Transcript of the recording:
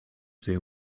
zoo